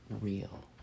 real